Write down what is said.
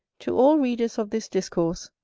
to all readers of this discourse,